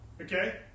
Okay